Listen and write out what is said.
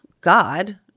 God